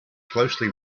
closely